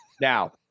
Now